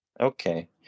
okay